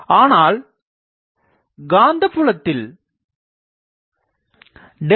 ஆனால் காந்தப்புலத்தில் ᐁ